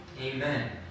Amen